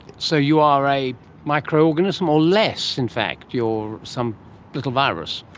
so you are a microorganism or less in fact, you're some little virus.